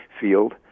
field